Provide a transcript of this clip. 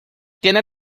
tiene